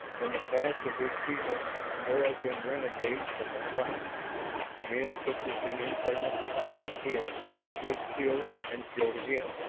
in the past of his people there had been renegades from the tribe men such as the infamous apache kid who had killed and killed again,